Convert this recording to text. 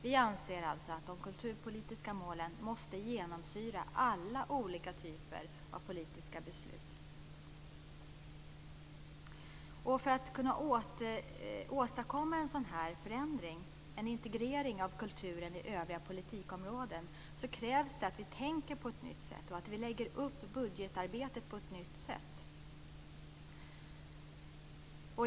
Vi anser att de kulturpolitiska målen måste genomsyra alla olika typer av politiska beslut. För att kunna åstadkomma en sådan förändring, en integrering av kulturen i övriga politikområden, krävs det att vi tänker på ett nytt sätt och att vi lägger upp budgetarbetet på ett nytt sätt.